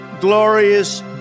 glorious